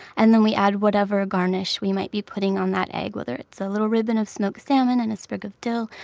and then we add whatever garnish we might be putting on that egg, whether it's a little ribbon of smoked salmon and a sprig of dill.